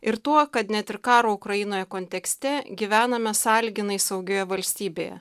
ir tuo kad net ir karo ukrainoje kontekste gyvename sąlyginai saugioje valstybėje